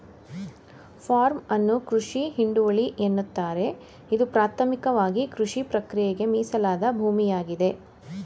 form ಅನ್ನು ಕೃಷಿ ಹಿಡುವಳಿ ಎನ್ನುತ್ತಾರೆ ಇದು ಪ್ರಾಥಮಿಕವಾಗಿಕೃಷಿಪ್ರಕ್ರಿಯೆಗೆ ಮೀಸಲಾದ ಭೂಮಿಯಾಗಿದೆ